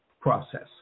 process